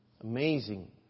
amazing